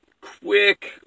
quick